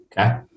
Okay